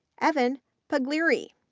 evan paglieri,